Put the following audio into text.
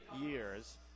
years